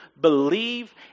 believe